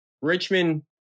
Richmond